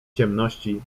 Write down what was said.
ciemności